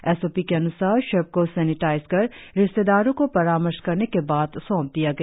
S O P के अन्सार शव को सेनिटाइज कर रिश्तेदारों को परामर्ष करने के बाद सौंप दिया गया